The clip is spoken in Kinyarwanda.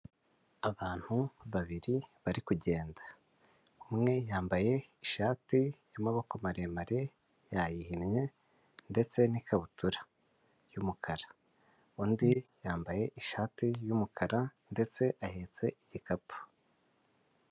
Abantu babiri bari kugenda umwe yambaye ishati y'amaboko maremare yayihinnye ndetse n'ikabutura y'umukara undi yambaye ishati y'umukara ndetse ahetse igikapu.